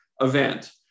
event